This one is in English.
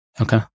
Okay